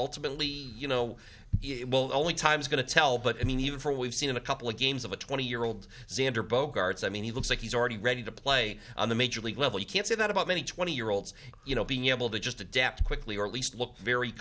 ultimately you know will only time is going to tell but i mean even for we've seen a couple of games of a twenty year old zander bogart's i mean he looks like he's already ready to play on the major league level you can't say that about many twenty year olds you know being able to just adapt quickly or at least look very